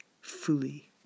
fully